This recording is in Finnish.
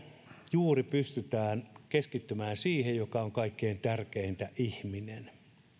pystytään keskittymään juuri siihen mikä on kaikkein tärkeintä ihminen